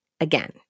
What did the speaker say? again